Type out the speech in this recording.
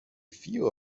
few